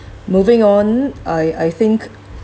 moving on I I think